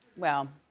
well.